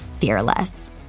fearless